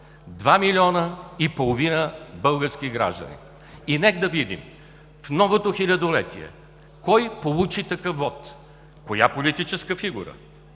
видим вота – 2,5 млн. български граждани! Нека да видим в новото хилядолетие: кой получи такъв вот, коя политическа фигура,